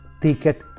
ticket